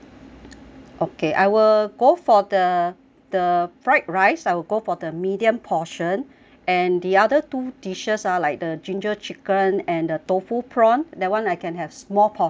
okay I will go for the the fried rice I will go for the medium portion and the other two dishes ah like the ginger chicken and the tofu prawn that one I can have small portion will do